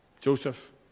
Joseph